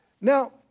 Now